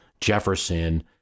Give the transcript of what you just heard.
Jefferson